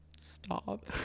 Stop